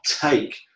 take